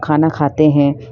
खाना खाते हैं